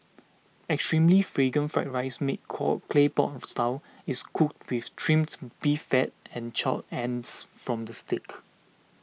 extremely Fragrant Fried Rice made call clay pot of style is cooked with Trimmed Beef Fat and charred ends from the steak